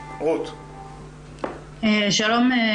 תודה רבה